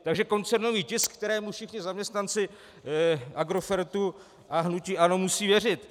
Takže koncernový tisk, kterému všichni zaměstnanci Agrofertu a hnutí ANO musí věřit.